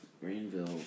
Greenville